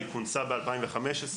היא כונסה ב-2015,